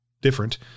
different